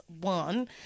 one